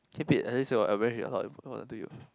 keep it at least your average